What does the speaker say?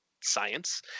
science